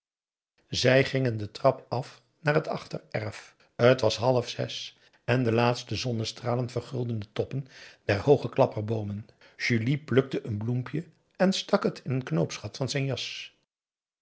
zij gingen de trap af naar het achtererf het was half zes en de laatste zonnestralen verguldden de toppen der hooge klapperboomen julie plukte een bloempje en stak het in t knoopsgat van zijn jas